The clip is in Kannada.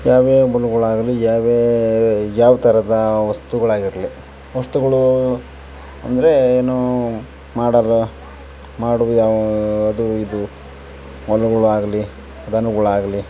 ಯಾವ್ಯಾವ ಹೊಲಗಳಾಗ್ಲಿ ಯಾವ್ಯಾವ ಯಾವ ಥರದ ವಸ್ತುಗಳಾಗಿರಲಿ ವಸ್ತುಗಳೂ ಅಂದರೆ ಏನೂ ಮಾಡೋರ್ ಮಾಡೋದ್ ಅದು ಇದು ಹೊಲಗಳ್ ಆಗಲಿ ದನಗಳ್ ಆಗಲಿ